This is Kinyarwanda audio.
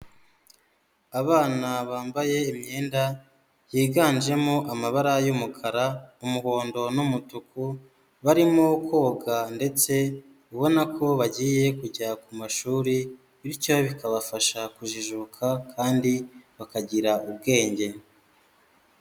Abana bambaye imyenda yiganjemo amabara y'umukara, umuhondo, n'umutuku, barimo koga, ndetse ubona ko bagiye kujya ku mashuri, bityo bikabafasha kujijuka, kandi bakagira ubwenge.